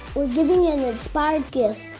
or giving an inspired gift!